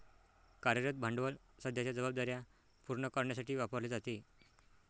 कार्यरत भांडवल सध्याच्या जबाबदार्या पूर्ण करण्यासाठी वापरले जाते